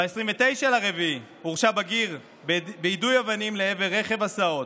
ב-29 באפריל הורשע בגיר בגין יידוי אבנים לעבר רכב הסעות.